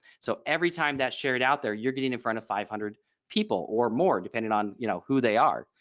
so every time that shared out there you're getting in front of five hundred people or more depending on you know who they are.